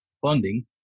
funding